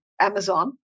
Amazon